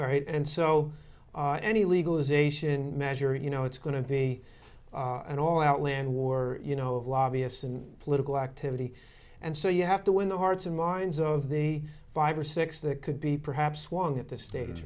all right and so any legalization measure you know it's going to be an all out land war you know of lobbyists and political activity and so you have to win the hearts and minds of the five or six that could be perhaps one at the stage